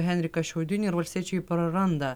henriką šiaudinį ir valstiečiai praranda